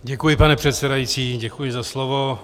Děkuji, pane předsedající, děkuji za slovo.